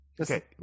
okay